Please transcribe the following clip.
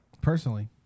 Personally